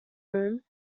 room